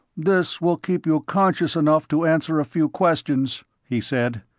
this will keep you conscious enough to answer a few questions, he said.